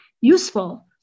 useful